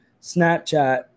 Snapchat